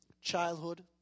childhood